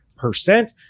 Percent